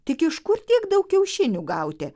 tik iš kur tiek daug kiaušinių gauti